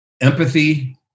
empathy